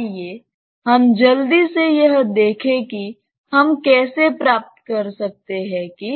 आइए हम जल्दी से यह देखें कि हम कैसे प्राप्त कर सकते हैं कि